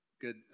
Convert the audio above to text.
good